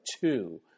two